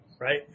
right